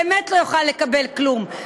באמת לא יוכל לקבל כלום,